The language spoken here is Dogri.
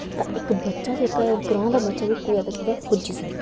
तां इक बच्चा जेह्का ऐ ग्रांऽ दा बच्चा कुतै पुज्जी सकै